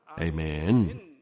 Amen